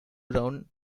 brown